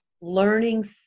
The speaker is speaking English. learning